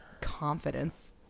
confidence